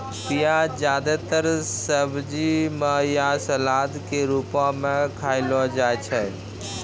प्याज जादेतर सब्जी म या सलाद क रूपो म खयलो जाय छै